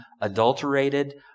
adulterated